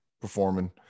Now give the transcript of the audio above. performing